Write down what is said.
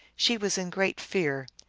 she was in great fear.